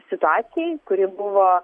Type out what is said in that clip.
situacijai kuri buvo